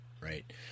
Right